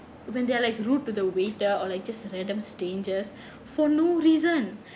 when they are like rude to the waiter or like just random strangers for no reason